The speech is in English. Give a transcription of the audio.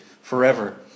forever